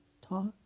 talk